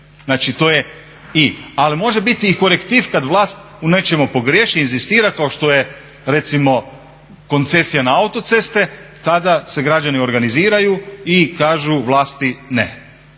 Znači to je i, ali može biti i korektiv kad vlast u nečemu pogriješi, inzistira kako što je recimo koncesija na autoceste, tada se građani organiziraju i kažu vlasti ne.